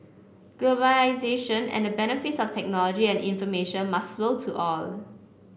globalisation and the benefits of technology and information must flow to all